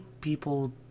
people